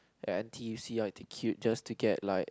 n_t_u_c uh the queue just to get like